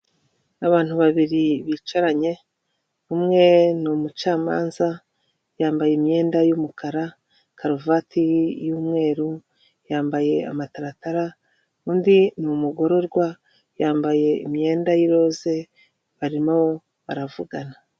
Abantu babiri bicaranye, umwe ni umucamanza, yambaye imyenda y'umukara, karuvati y'umweru, yambaye amataratara, undi ni umugororwa, yambaye imyenda y'iroze, barimo baravugana.